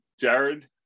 Jared